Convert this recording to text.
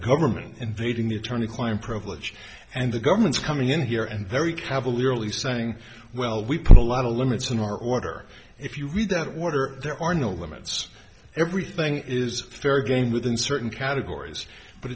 government invading the attorney client privilege and the government's coming in here and very cavalierly saying well we put a lot of limits in our order if you read that water there are no limits everything is fair game within certain categories but